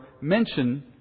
mention